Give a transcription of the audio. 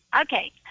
Okay